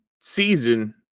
season